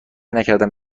نکردم